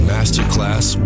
Masterclass